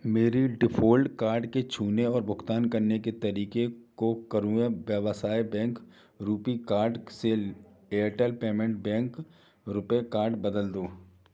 मेरी default card के छूने और भुगतान करने के तरीके को करूये व्यवसाय बैंक रुपी कार्ड से Airtel payment bank RuPay card बदल दो